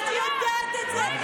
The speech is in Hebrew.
הרי את יודעת את זה.